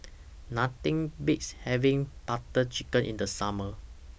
Nothing Beats having Butter Chicken in The Summer